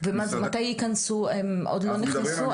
מתי ייכנסו, הם עוד לא נכנסו?